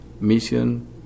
mission